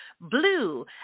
blue